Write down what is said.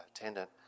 attendant